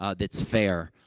ah that's fair.